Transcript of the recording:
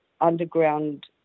underground